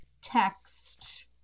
text